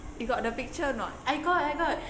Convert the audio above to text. you got the picture or not